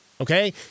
Okay